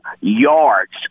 yards